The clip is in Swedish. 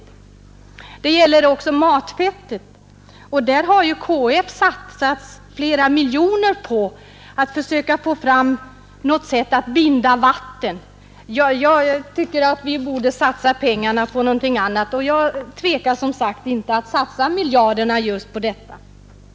Samma sak gäller matfettet, där KF har satsat flera miljoner kronor på att försöka få fram något sätt att binda vatten. Jag tycker att vi borde satsa pengarna på något annat, och jag tvekar inte att satsa miljarderna på att ta bort momsen på mat.